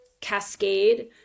cascade